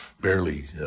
barely